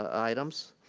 ah items,